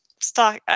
stock